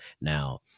Now